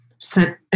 sent